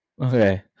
Okay